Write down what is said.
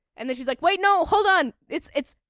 and then she's like, wait, no, hold on it's, it's.